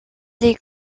les